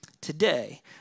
today